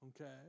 Okay